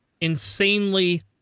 insanely